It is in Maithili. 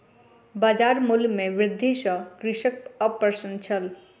बजार मूल्य में वृद्धि सॅ कृषक अप्रसन्न छल